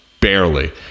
Barely